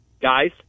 Guys